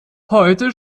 heute